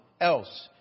else